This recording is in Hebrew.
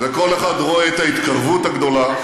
וכל אחד רואה את ההתקרבות הגדולה.